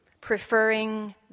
Preferring